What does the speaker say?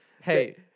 Hey